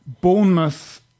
Bournemouth